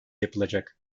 yapılacak